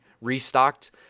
restocked